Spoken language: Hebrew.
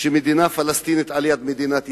מדינה פלסטינית ליד מדינת ישראל.